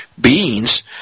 beings